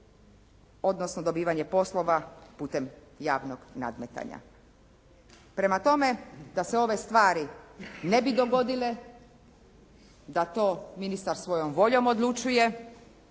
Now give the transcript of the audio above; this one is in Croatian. odnosno dobivanje poslova putem javnog nadmetanja. Prema tome, da se ove stvari ne bi dogodile, da to ministar svojom voljom odlučuje,